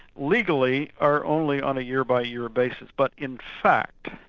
legally are only on a year-by-year basis, but in fact,